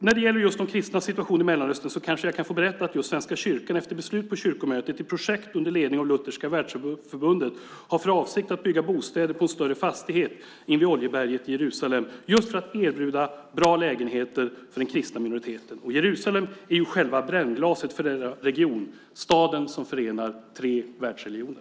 När det gäller just de kristnas situation i Mellanöstern kanske jag kan få berätta att Svenska kyrkan, efter beslut på kyrkomötet, i ett projekt under ledning av Lutherska världsförbundet har för avsikt att bygga bostäder på en större fastighet invid Oljeberget i Jerusalem för att erbjuda bra lägenheter för den kristna minoriteten. Jerusalem är ju själva brännglaset för denna region, staden som förenar tre världsreligioner.